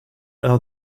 out